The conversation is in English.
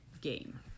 game